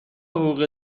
حقوق